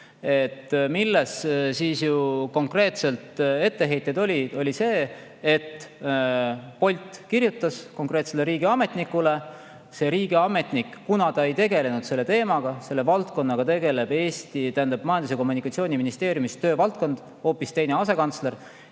Milles siis konkreetselt etteheited olid? Oli see, et Bolt kirjutas konkreetsele riigiametnikule. See riigiametnik, kuna ta ei tegelenud selle teemaga – selle valdkonnaga tegeleb Majandus- ja Kommunikatsiooniministeeriumis töövaldkond, hoopis teine asekantsler